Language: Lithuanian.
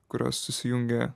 kurios susijungė